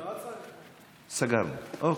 סגרנו, אוקיי.